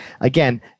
again